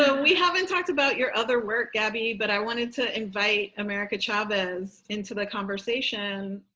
so we haven't talked about your other work, gabby, but i wanted to invite america chavez into the conversation.